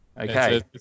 Okay